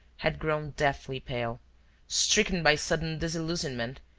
had grown deathly pale stricken by sudden disillusionment,